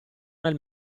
nel